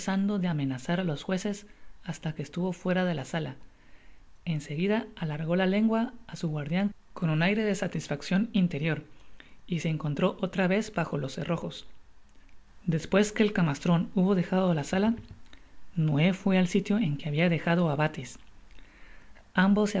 de amenazar á los jueces hasta que estuvo fuera de la sala en seguida alargó la lengua á su guardian con un aire de satisfaccion iiile rior y se encontró otra vez bajo los cerrojos despues que el camastron hubo dejado la sala noé fué al sitio en que habia dejado á bates